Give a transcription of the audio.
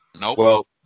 Nope